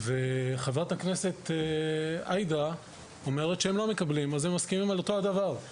וחברת הכנסת עאידה אומרת שהם לא מקבלים אז הן מסכימות על אותו דבר.